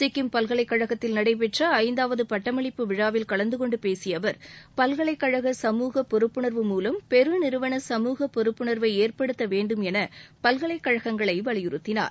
சிக்கிம் பல்கலைக்கழகத்தில் நடைபெற்ற ஐந்தாவது பட்டமளிப்பு விழாவில் கலந்துகொண்டு பேசிய அவர் பல்கலைக்கழக சமூக பொறுப்புணர்வு மூவம் பெரு நிறுவன சமூக பொறுப்புணர்வை ஏற்படுத்த வேண்டும் என பல்கலைக்கழகங்களை வலியுறுத்தினார்